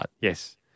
Yes